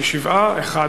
שבעה בעד, אחד